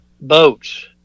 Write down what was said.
boats